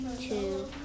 two